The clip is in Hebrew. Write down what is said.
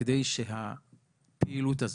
כדי שהפעילות הזאת,